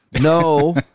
No